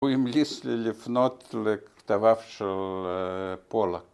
‫הוא המליץ לי לפנות ‫לכתביו של פולק.